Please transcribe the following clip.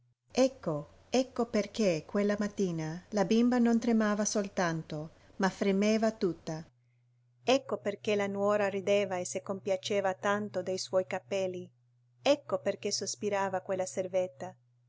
ecco ecco perché quella mattina la bimba non tremava soltanto ma fremeva tutta ecco perché la nuora rideva e si compiaceva tanto dei suoi capelli ecco perché sospirava quella